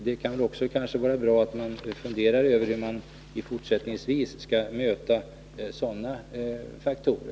Det kan kanske också vara bra att man funderar över hur man fortsättningsvis skall möta sådana faktorer.